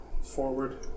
forward